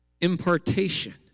Impartation